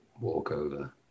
walkover